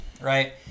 right